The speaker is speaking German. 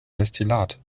destillat